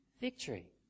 victory